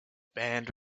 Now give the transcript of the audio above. band